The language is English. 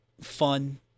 fun